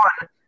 one